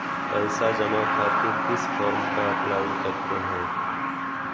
पैसा जमा खातिर किस फॉर्म का अप्लाई करते हैं?